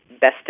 best